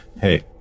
Hey